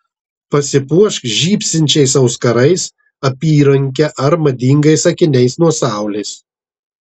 pasipuošk žybsinčiais auskarais apyranke ar madingais akiniais nuo saulės